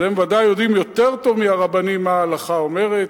אז הם ודאי יודעים יותר טוב מהרבנים מה ההלכה אומרת.